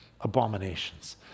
abominations